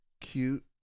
cute